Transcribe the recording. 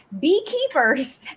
beekeepers